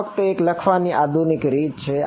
આ ફક્ત એક લખવાની આધુનિક રીત છે